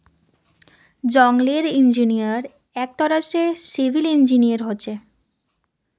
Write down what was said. जंगलेर इंजीनियर एक तरह स सिविल इंजीनियर हछेक